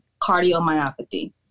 cardiomyopathy